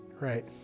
right